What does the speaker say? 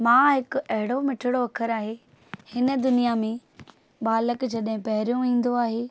मां हिकु अहिड़ो मिठड़ो अख़रु आहे हिन दुनिया में बालक जॾहिं पहिरियों ईंदो आहे